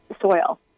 soil